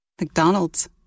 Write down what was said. McDonald's